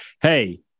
Hey